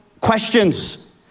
questions